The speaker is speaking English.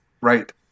right